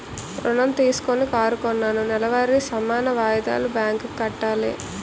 ఋణం తీసుకొని కారు కొన్నాను నెలవారీ సమాన వాయిదాలు బ్యాంకు కి కట్టాలి